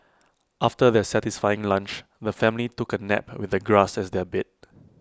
after their satisfying lunch the family took A nap with the grass as their bed